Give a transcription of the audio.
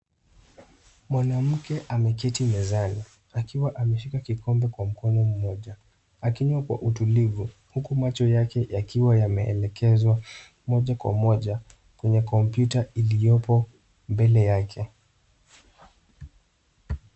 Mwanamke ameketi mezani akiwa ameshika kikombe kwa mkono mmoja akinywa kwa utulivu huku macho yake yakiwa yameelekezwa moja kwa moja kwenye kompyuta iliyopo mbele yake.